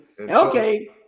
Okay